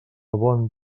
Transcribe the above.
bon